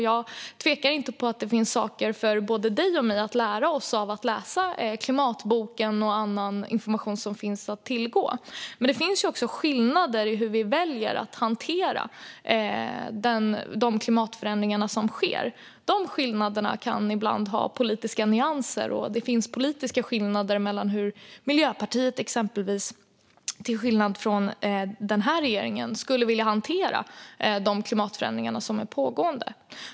Jag tvivlar inte på att det finns saker för både dig och mig att lära av att läsa Klimatboken och annan information som finns att tillgå. Men det finns också skillnader i hur vi väljer att hantera de klimatförändringar som sker. De skillnaderna kan ibland ha politiska nyanser. Det finns politiska skillnader mellan hur exempelvis Miljöpartiet till skillnad från regeringen skulle vilja hantera de klimatförändringar som är pågående.